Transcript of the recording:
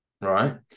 right